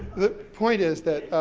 the point is that,